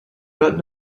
gotten